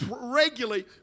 regularly